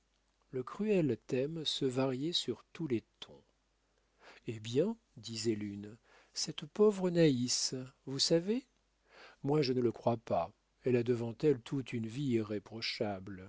le cruel thème se variait sur tous les tons eh bien disait l'une cette pauvre naïs vous savez moi je ne le crois pas elle a devant elle toute une vie irréprochable